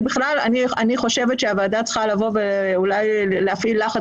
אני חושבת שהוועדה צריכה ואולי להפעיל לחץ